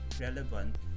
relevant